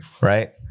right